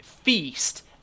feast